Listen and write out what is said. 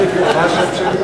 אדוני היושב-ראש,